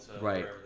Right